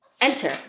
Enter